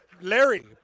Larry